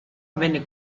venne